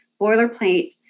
boilerplate